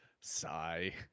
sigh